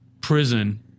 prison